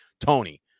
Tony